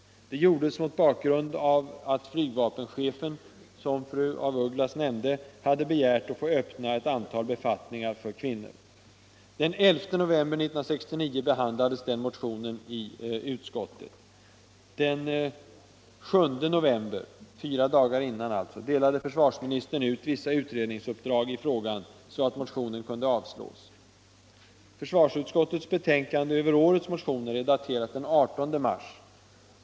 Det gjordes mot bakgrund av att flygvapenchefen, som fru af Ugglas nämnde, hade begärt att få öppna ett antal befattningar för kvinnor. Den 11 november 1969 behandlades motionen i utskottet. Den 7 november, fyra dagar innan, delade försvarsministern ut vissa utredningsuppdrag i frågan, så att motionen kunde avslås. Försvarsutskottets betänkande över årets motioner är daterat den 18 mars.